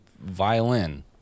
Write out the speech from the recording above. violin